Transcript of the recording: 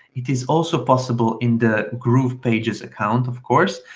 it is also possible in the groovepages account of course.